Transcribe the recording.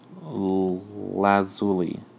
Lazuli